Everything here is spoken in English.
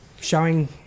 showing